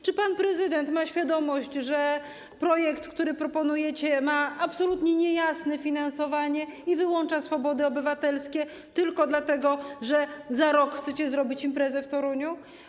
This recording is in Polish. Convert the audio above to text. Czy pan prezydent ma świadomość, że projekt, który proponujecie, ma absolutnie niejasne finansowanie i wyłącza swobody obywatelskie, dlatego że za rok chcecie zrobić imprezę w Toruniu?